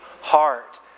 heart